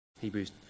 Hebrews